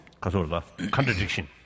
contradiction